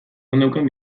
geneukan